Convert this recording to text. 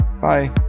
Bye